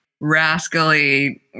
rascally